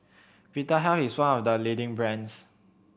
Vitahealth is one of the leading brands